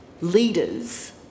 leaders